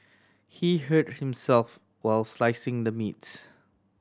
he hurt himself while slicing the meats